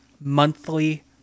monthly